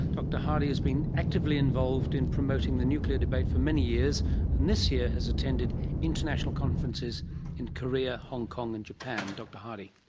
dr hardy has been actively involved in promoting the nuclear debate for many years and this year has attended international conferences in korea, hong kong and japan. dr hardy.